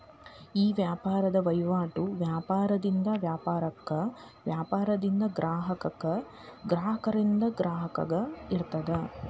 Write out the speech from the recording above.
ಈ ವ್ಯಾಪಾರದ್ ವಹಿವಾಟು ವ್ಯಾಪಾರದಿಂದ ವ್ಯಾಪಾರಕ್ಕ, ವ್ಯಾಪಾರದಿಂದ ಗ್ರಾಹಕಗ, ಗ್ರಾಹಕರಿಂದ ಗ್ರಾಹಕಗ ಇರ್ತದ